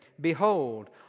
Behold